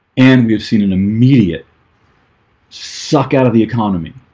and we've seen an immediate suck out of the economy.